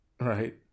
Right